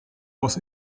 was